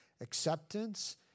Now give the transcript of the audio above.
acceptance